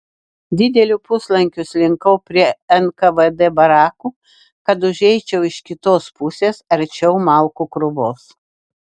dideliu puslankiu slinkau prie nkvd barakų kad užeičiau iš kitos pusės arčiau malkų krūvos